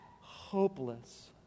hopeless